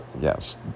yes